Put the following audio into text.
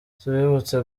tubibutse